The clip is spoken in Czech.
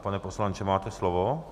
Pane poslanče, máte slovo.